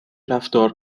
رفتار